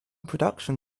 production